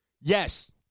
Yes